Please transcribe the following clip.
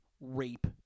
rape